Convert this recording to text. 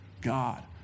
God